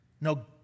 No